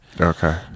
Okay